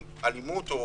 אלימות או